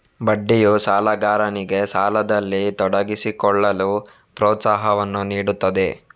ಬಡ್ಡಿಯು ಸಾಲಗಾರನಿಗೆ ಸಾಲದಲ್ಲಿ ತೊಡಗಿಸಿಕೊಳ್ಳಲು ಪ್ರೋತ್ಸಾಹವನ್ನು ನೀಡುತ್ತದೆ